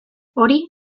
hori